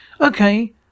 Okay